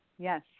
Yes